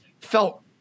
felt